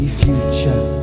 future